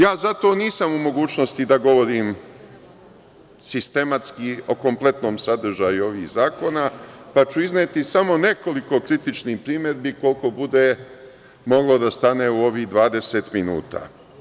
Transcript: Ja zato nisam u mogućnosti da govorim sistematski o kompletnom sadržaju ovih zakona, pa ću izneti samo nekoliko kritičnih primedbi koliko bude moglo da stane u ovih 20 minuta.